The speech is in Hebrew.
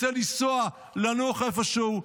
רוצה לנסוע לנוח איפשהו.